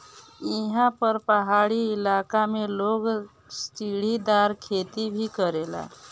एहा पर पहाड़ी इलाका में लोग सीढ़ीदार खेती भी करेला